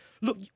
look